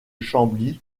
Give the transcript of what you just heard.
chambly